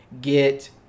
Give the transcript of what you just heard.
get